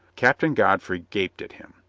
captain godfrey gaped at him,